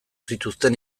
zituzten